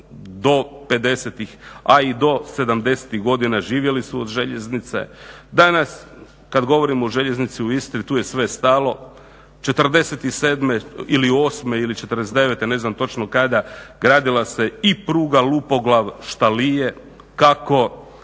do sedamdesetih godina živjeli su od željeznice. Danas kada govorimo o željeznici u Istri tu je sve stalo. 1947.ili osme ili 1949.ne znam točno kada gradila se i pruga Lupoglav-Štalije. Kako?